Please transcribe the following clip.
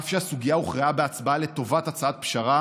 אף שהסוגיה הוכרעה בהצבעה לטובת הצעת פשרה